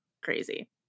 crazy